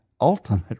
ultimate